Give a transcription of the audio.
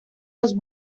los